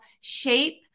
shape